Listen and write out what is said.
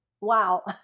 Wow